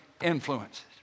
influences